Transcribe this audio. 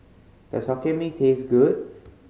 does Hokkien Mee taste good